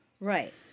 Right